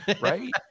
Right